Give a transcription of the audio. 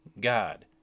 God